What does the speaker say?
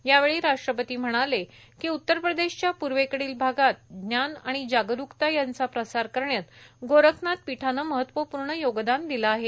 यावेळी राष्ट्रपती म्हणाले की उत्तर प्रदेशच्या पूर्वेकडील भागात ज्ञान आणि जागरुकता यांचा प्रसार करण्यात गोरखनाथ पीठाने महत्त्वपूर्ण योगदान दिले आहे